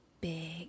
big